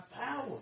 power